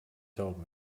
told